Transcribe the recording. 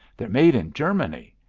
they're made in germany!